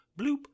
bloop